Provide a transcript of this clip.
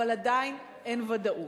אבל עדיין אין ודאות.